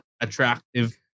attractive